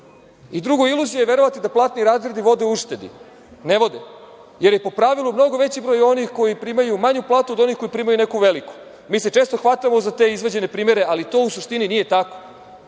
Drugo, iluzija je verovati da platni razredi vode uštedi. Ne vode, jer je po pravilu mnogo veći broj onih koji primaju manju platu od onih koji primaju neku veliku. Mi se često hvatamo za te izvađene primere, ali to u suštini nije tako. Zato